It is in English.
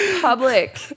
public